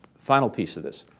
final piece of this,